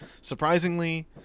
surprisingly